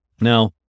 Now